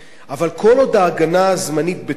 אבל כל עוד ההגנה הזמנית בתוקף,